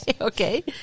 okay